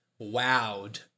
wowed